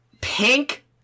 pink